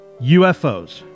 UFOs